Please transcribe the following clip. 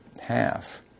half